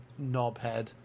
knobhead